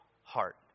heart